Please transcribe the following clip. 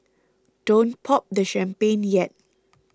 don't pop the champagne yet